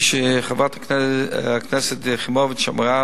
כפי שחברת הכנסת יחימוביץ אמרה,